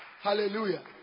Hallelujah